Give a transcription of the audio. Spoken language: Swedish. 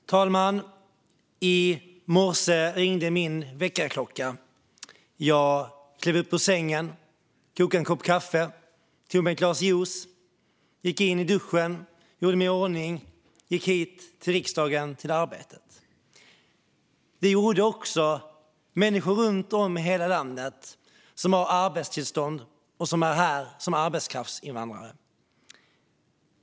Fru talman! I morse ringde min väckarklocka. Jag klev upp ur sängen, kokade en kopp kaffe och tog mig ett glas juice. Jag gick in i duschen, gjorde mig i ordning och gick hit till riksdagen - till arbetet. Gick till arbetet gjorde också människor runt om i hela landet som har arbetstillstånd och som är här som arbetskraftsinvandrare.